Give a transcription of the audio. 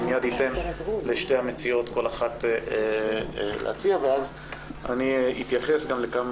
אני מיד אתן לשתי המציעות להציע ואז אני אתייחס לכמה